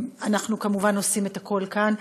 ואנחנו, כמובן, עושים את הכול כאן.